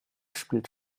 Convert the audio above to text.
spielt